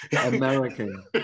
American